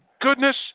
goodness